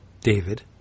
David